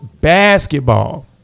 basketball